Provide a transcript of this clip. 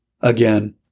Again